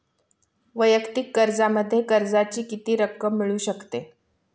वैयक्तिक कर्जामध्ये कर्जाची किती रक्कम मिळू शकते?